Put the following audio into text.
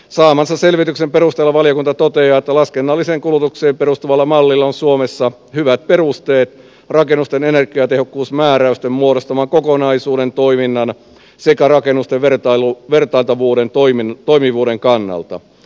saamansa selvityksen perusteella valiokunta toteaa että laskennalliseen kulutukseen perustuvalla mallilla on suomessa hyvät perusteet rakennusten energiatehokkuusmääräysten muodostaman kokonaisuuden toiminnan sekä rakennusten vertailtavuuden toimivuuden kannalta